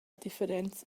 differents